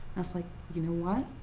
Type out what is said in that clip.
i was like, you know what?